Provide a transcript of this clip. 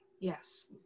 yes